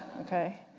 ok.